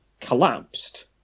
collapsed